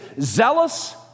zealous